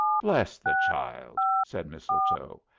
bless the child! said mistletoe.